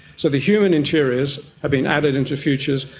so the human interiors are being added into futures,